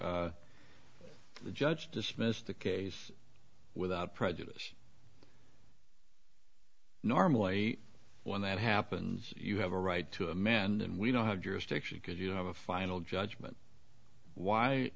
here the judge dismissed the case without prejudice normally when that happens you have a right to amend and we don't have jurisdiction because you have a final judgment why